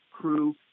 crew